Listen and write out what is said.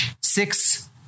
six